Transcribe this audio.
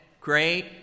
great